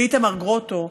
ואיתמר גרוטו,